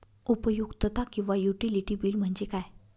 उपयुक्तता किंवा utility bill म्हणजे काय?